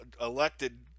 elected